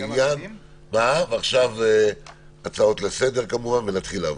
ועכשיו הצעות לסדר-היום ונתחיל לעבוד.